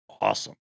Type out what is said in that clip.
Awesome